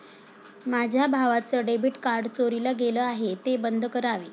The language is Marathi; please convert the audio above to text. माझ्या भावाचं डेबिट कार्ड चोरीला गेलं आहे, ते बंद करावे